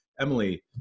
Emily